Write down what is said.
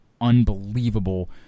unbelievable